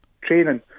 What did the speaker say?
training